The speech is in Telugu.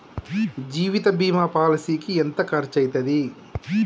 జీవిత బీమా పాలసీకి ఎంత ఖర్చయితది?